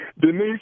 Denise